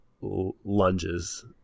lunges